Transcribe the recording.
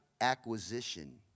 acquisition